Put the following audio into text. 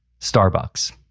Starbucks